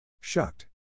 Shucked